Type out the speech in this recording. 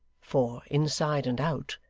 for, inside and out,